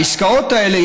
העסקאות האלה,